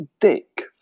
dick